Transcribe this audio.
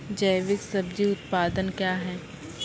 जैविक सब्जी उत्पादन क्या हैं?